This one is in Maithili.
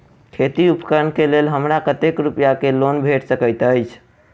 खेती उपकरण केँ लेल हमरा कतेक रूपया केँ लोन भेटि सकैत अछि?